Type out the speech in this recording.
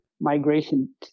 migration